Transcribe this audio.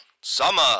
summer